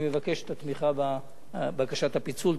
אני מבקש את התמיכה בבקשת הפיצול.